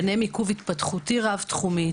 ביניהם עיכוב התפתחותי רב-תחומי,